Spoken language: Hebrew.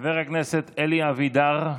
חבר הכנסת אלי אבידר.